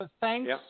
Thanks